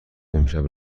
امشب